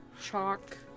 Chalk